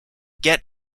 get